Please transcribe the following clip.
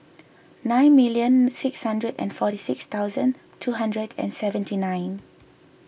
nine million six hundred and forty six thousand two hundred and seventy nine